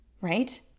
right